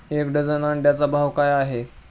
एक डझन अंड्यांचा भाव काय आहे?